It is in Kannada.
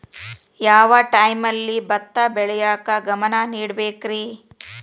ಯಾವ್ ಟೈಮಲ್ಲಿ ಭತ್ತ ಬೆಳಿಯಾಕ ಗಮನ ನೇಡಬೇಕ್ರೇ?